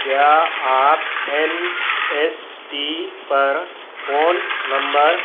کیا آپ این ایس پی پر فون نمبر